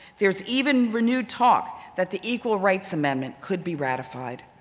there is even renewed talk that the equal rights amendment could be ratified.